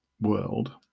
world